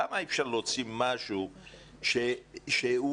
למה אי אפשר להוציא משהו שבזה העניין במערכת החינוך?